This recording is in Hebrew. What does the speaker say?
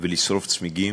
ולשרוף צמיגים,